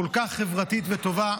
כל כך חברתית וטובה.